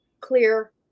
clear